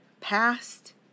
past